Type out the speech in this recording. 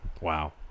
wow